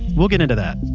we'll get into that,